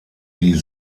die